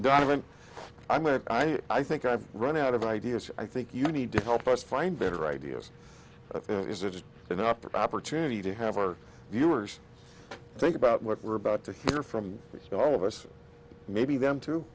document i mean i think i've run out of ideas i think you need to help us find better ideas is it just an opportunity to have our viewers think about what we're about to hear from all of us maybe them to